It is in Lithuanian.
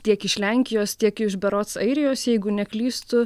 tiek iš lenkijos tiek iš berods airijos jeigu neklystu